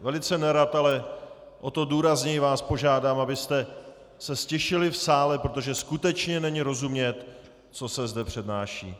Velice nerad, ale o to důrazněji vás požádám, abyste se ztišili v sále, protože skutečně není rozumět, co se zde přednáší.